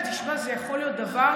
תשמע, זה יכול להיות דבר